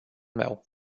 meu